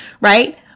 Right